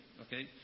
okay